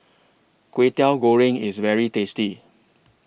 Kway Teow Goreng IS very tasty